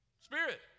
Spirit